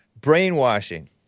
Brainwashing